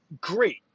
great